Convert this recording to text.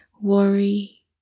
worry